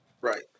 Right